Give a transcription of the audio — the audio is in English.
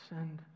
Send